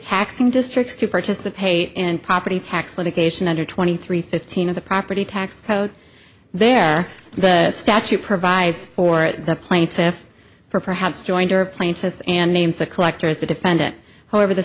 taxing districts to participate in property tax litigation under twenty three fifteen of the property tax code there the statute provides for the plaintiffs for perhaps jointer plaintiffs and names the collector as the defendant however the